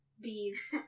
Bees